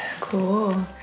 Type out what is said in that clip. Cool